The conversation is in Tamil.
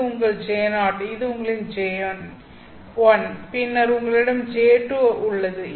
இது உங்கள் J0 இது உங்கள் J1 பின்னர் உங்களிடம் J2 உள்ளது